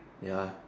ya